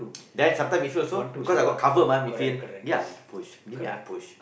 then sometime midfield also because I got cover mah midfield give me I push give me I push